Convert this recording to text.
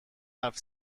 حرف